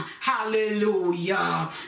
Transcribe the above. hallelujah